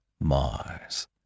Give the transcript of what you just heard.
Mars